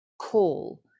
call